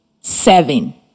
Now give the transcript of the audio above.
seven